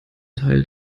teil